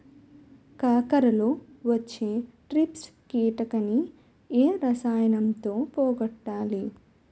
కాకరలో వచ్చే ట్రిప్స్ కిటకని ఏ రసాయనంతో పోగొట్టాలి?